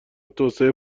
توسعه